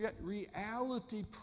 reality